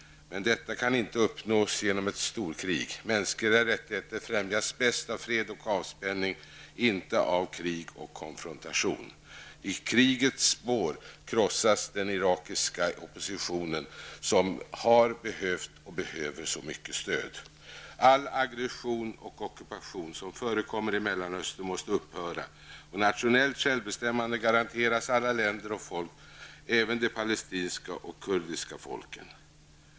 Men detta kan inte uppnås genom ett storkrig. Mänskliga rättigheter främjas bäst av fred och avspänning, inte av krig och konfrontation. I krigets spår krossas den irakiska oppositionen, som har behövt och behöver stöd. All aggression och ockupation som förekommer i Mellanöstern måste upphöra och nationellt självbestämmande garanteras alla länder och folk, även de palestinska och kurdiska folken.